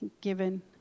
given